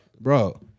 bro